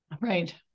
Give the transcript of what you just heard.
Right